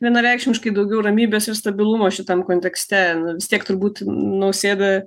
vienareikšmiškai daugiau ramybės ir stabilumo šitam kontekste na vis tiek turbūt nausėda